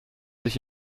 sich